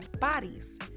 bodies